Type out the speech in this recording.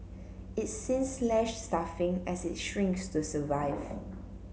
it's since slashed staffing as it shrinks to survive